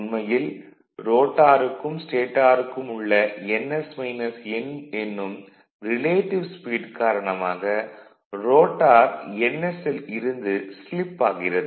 உண்மையில் ரோட்டாருக்கும் ஸ்டேடாருக்கும் உள்ள ns - n என்னும் ரிலேட்டிவ் ஸ்பீடு காரணமாக ரோட்டார் ns இல் இருந்து ஸ்லிப் ஆகிறது